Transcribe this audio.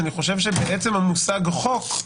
אני חושב שבעצם המושג "חוק",